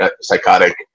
psychotic